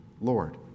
Lord